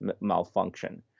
malfunction